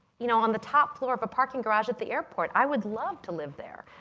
you know on the top floor of a parking garage at the airport. i would love to live there.